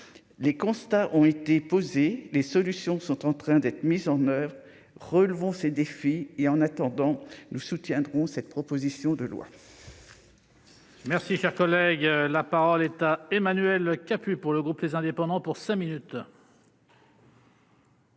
les constats ont été posées, les solutions sont en train d'être mises en oeuvre, relevons ces défis et en attendant, nous soutiendrons cette proposition de loi.